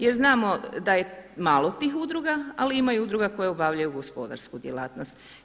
Jer znamo da je malo tih udruga, ali ima i udruga koje obavljaju gospodarsku djelatnost.